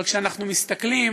אבל כשאנחנו מסתכלים